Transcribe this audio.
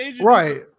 right